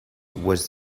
was